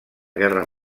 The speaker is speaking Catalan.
guerra